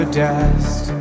dust